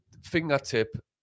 fingertip